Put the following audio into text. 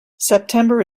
september